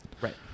Right